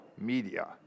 media